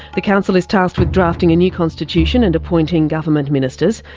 the council is tasked with drafting a new constitution and appointing government ministers.